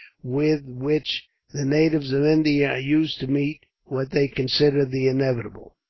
with which the natives of india are used to meet what they consider the inevitable.